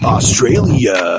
Australia